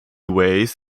ways